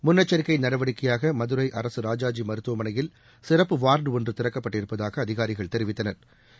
முன்னெச்சரிக்கை நடவடிக்கையாக மதுரை அரசு ராஜாஜி மருத்துவமனையில் சிறப்பு வாா்டு ஒன்று திறக்கப்பட்டிருப்பதாக அதிகாரிகள் தெரிவித்தனா்